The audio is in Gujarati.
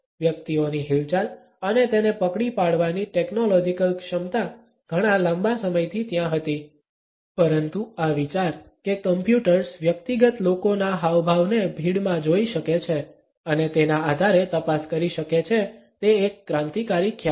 વ્યક્તિઓની હિલચાલ અને તેને પકડી પાડવાની ટેકનોલોજીકલ ક્ષમતા ઘણા લાંબા સમયથી ત્યાં હતી પરંતુ આ વિચાર કે કમ્પ્યુટર્સ વ્યક્તિગત લોકોના હાવભાવને ભીડમાં જોઈ શકે છે અને તેના આધારે તપાસ કરી શકે છે તે એક ક્રાંતિકારી ખ્યાલ છે